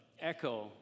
echo